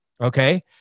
Okay